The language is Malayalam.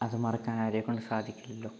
അത് മറക്കാൻ ആരെക്കൊണ്ടും സാധിക്കില്ലല്ലൊ